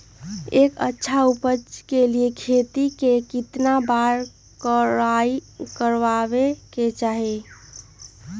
एक अच्छा उपज के लिए खेत के केतना बार कओराई करबआबे के चाहि?